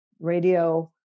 Radio